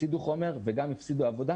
יפסידו חומר וגם יפסידו עבודה,